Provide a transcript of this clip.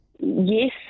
Yes